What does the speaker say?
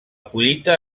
collita